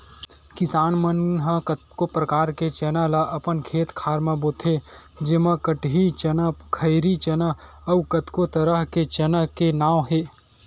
किसान मन ह कतको परकार के चना ल अपन खेत खार म बोथे जेमा कटही चना, खैरी चना अउ कतको तरह के चना के नांव हे